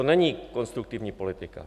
To není konstruktivní politika.